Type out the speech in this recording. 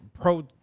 pro